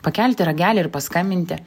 pakelti ragelį ir paskambinti